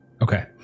Okay